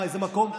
איזה מקום?